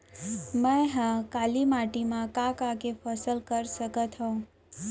मै ह काली माटी मा का का के फसल कर सकत हव?